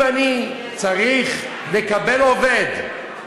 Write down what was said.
אם אני צריך לקבל עובד,